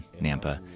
Nampa